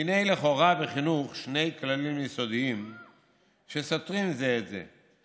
כי הינה לכאורה בחינוך שני כללים יסודיים שסותרים זה את זה.